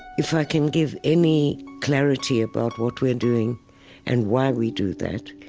if i can give any clarity about what we're doing and why we do that,